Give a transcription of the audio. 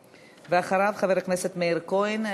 ואחריו, חבר הכנסת מאיר כהן.